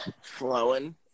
flowing